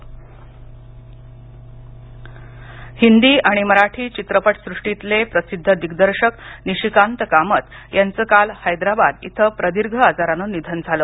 निशिकांत कामत निधन हिंदी आणि मराठी चित्रपटसृष्टीतले प्रसिद्ध दिग्दर्शक निशिकांत कामत यांचं काल हैदराबाद इथं प्रदीर्घ आजारानं निधन झालं